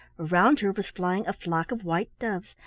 around her was flying a flock of white doves,